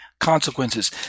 consequences